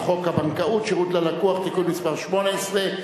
חוק הבנקאות (שירות ללקוח) (תיקון מס' 18),